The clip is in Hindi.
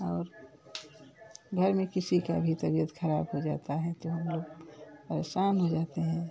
और घर में किसी का भी तबियत खराब हो जाता है तो हम लोग परेशान हो जाते हैं